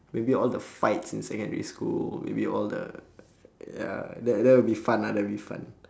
maybe all the fights in secondary school maybe all the ya that that will be fun ah that'll be fun